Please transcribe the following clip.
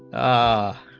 a